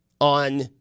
on